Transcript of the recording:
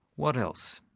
what else?